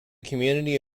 community